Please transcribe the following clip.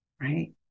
Right